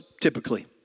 typically